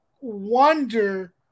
wonder